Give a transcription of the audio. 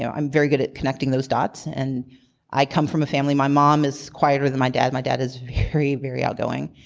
yeah i'm very good at connecting those dots and i come from a family, my mom is quieter than my dad. my dad is very very outgoing.